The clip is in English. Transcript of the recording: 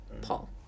Paul